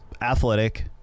athletic